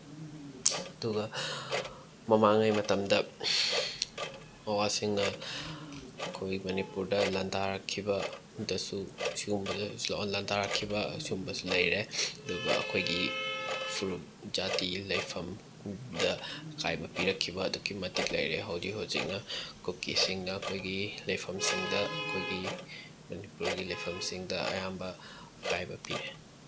ꯑꯗꯨꯒ ꯃꯃꯥꯡꯉꯩ ꯃꯇꯝꯗ ꯑꯋꯥꯁꯤꯡꯅ ꯑꯩꯈꯣꯏ ꯃꯅꯤꯄꯨꯔꯗ ꯂꯟꯗꯥꯔꯛꯈꯤꯕꯗꯁꯨ ꯑꯁꯤꯒꯨꯝꯕꯗ ꯂꯟꯗꯥꯔꯛꯈꯤꯕ ꯑꯁꯤꯒꯨꯝꯕꯁꯨ ꯂꯩꯔꯦ ꯑꯗꯨꯒ ꯑꯩꯈꯣꯏꯒꯤꯁꯨ ꯖꯥꯇꯤ ꯂꯩꯐꯝꯗ ꯑꯀꯥꯏꯕ ꯄꯤꯔꯛꯈꯤꯕ ꯑꯗꯨꯛꯀꯤ ꯃꯇꯤꯛ ꯂꯩꯔꯦ ꯍꯧꯖꯤꯛ ꯍꯧꯖꯤꯛꯅ ꯀꯨꯀꯤꯁꯤꯡꯅ ꯑꯩꯈꯣꯏꯒꯤ ꯂꯩꯐꯝꯁꯤꯡꯗ ꯑꯩꯈꯣꯏꯒꯤ ꯃꯅꯤꯄꯨꯔꯒꯤ ꯂꯩꯐꯝꯁꯤꯡꯗ ꯑꯌꯥꯝꯕ ꯑꯀꯥꯏꯕ ꯄꯤꯔꯦ